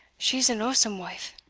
she's an awsome wife!